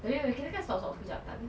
wait wait can you stop stop sekejap